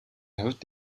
хувьд